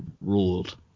ruled